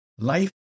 Life